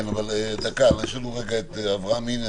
אברהם מינס,